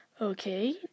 Okay